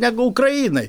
negu ukrainai